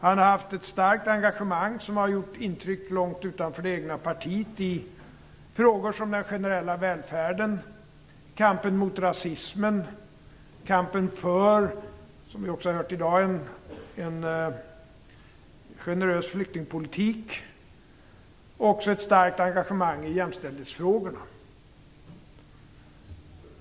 Han har haft ett starkt engagemang, som har gjort intryck långt utanför det egna partiet, i frågor som den generella välfärden, kampen mot rasismen, kampen för, som vi också har hört i dag, en generös flyktingpolitik och ett starkt engagemang i jämställdhetsfrågorna.